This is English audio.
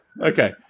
Okay